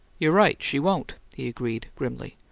you're right she won't, he agreed, grimly.